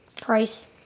Price